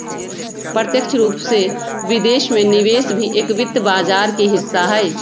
प्रत्यक्ष रूप से विदेश में निवेश भी एक वित्त बाजार के हिस्सा हई